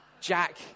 Jack